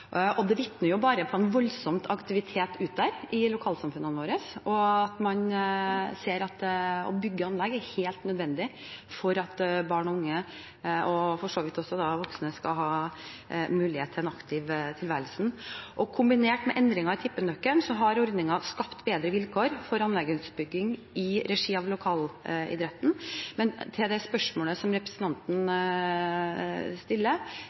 Det vitner bare om en voldsom aktivitet der ute i lokalsamfunnene våre, og man ser at det å bygge anlegg er helt nødvendig for at barn og unge – og for så vidt også voksne – skal ha mulighet til en aktiv tilværelse. Kombinert med endringer i tippenøkkelen har ordningen skapt bedre vilkår for anleggsutbygging i regi av lokalidretten. Men til det spørsmålet som representanten stiller: